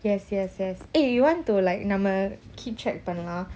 yes yes yes eh you want to like நம்ம:namma keep track பண்ணலாம்:pannalam